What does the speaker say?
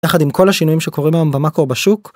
יחד עם כל השינויים שקורים היום במקרו בשוק.